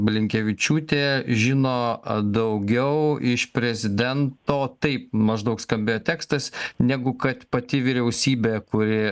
blinkevičiūtė žino daugiau iš prezidento taip maždaug skambėjo tekstas negu kad pati vyriausybė kuri